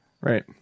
right